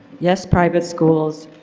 yes, private schools.